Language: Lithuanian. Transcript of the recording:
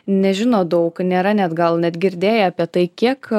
nežino daug nėra net gal net girdėję apie tai kiek